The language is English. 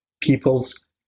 people's